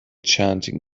chanting